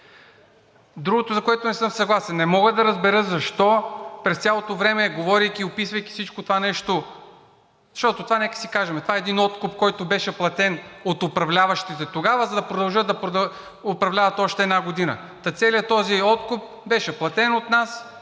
Другото, за което не съм съгласен, не мога да разбера защо през цялото време, говорейки и описвайки всичкото това нещо –защото, нека си кажем, това е един откуп, който беше платен от управляващите тогава, за да продължат да управляват още една година. Та целият този откуп беше платен от нас